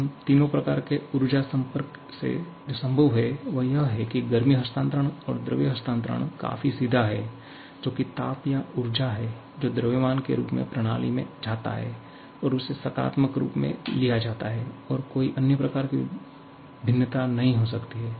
इन तीनों प्रकार के ऊर्जा संपर्क से जो संभव है वह यह है की गर्मी हस्तांतरण और द्रव्यमान स्थानांतरण काफी सीधा है जो कि ताप या ऊर्जा है जो द्रव्यमान के रूप में प्रणाली में जाता है तो उसे सकारात्मक रूप में लिया जाता है और कोई अन्य प्रकार की भिन्नता नहीं हो सकती है